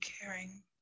Caring